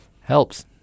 Helps